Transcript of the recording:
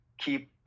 keep